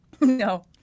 No